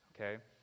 Okay